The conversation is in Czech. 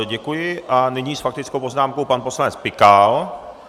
Děkuji a nyní s faktickou poznámkou pan poslanec Pikal.